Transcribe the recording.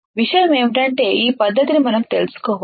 విషయం ఏమిటంటే ఈ పద్ధతిని మనం తెలుసుకోవాలి